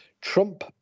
Trump